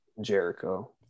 Jericho